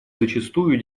зачастую